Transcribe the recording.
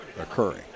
occurring